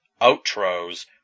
outros